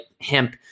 hemp